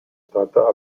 stata